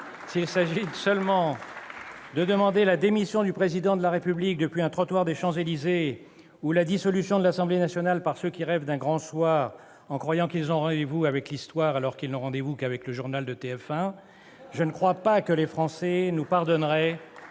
s'il s'agit demander la démission du Président de la République depuis un trottoir des Champs-Élysées ou la dissolution de l'Assemblée nationale par ceux qui rêvent d'un Grand Soir, croyant qu'ils ont rendez-vous avec l'histoire alors qu'ils n'ont rendez-vous qu'avec le journal de TF1, je ne crois pas que les Français nous pardonneraient